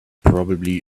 probably